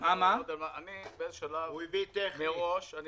אני הבאתי טכנית את